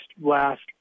last